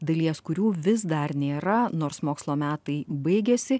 dalies kurių vis dar nėra nors mokslo metai baigėsi